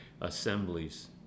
assemblies